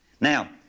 Now